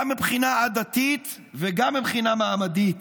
גם מבחינת עדתית וגם מבחינה מעמדית,